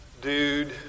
dude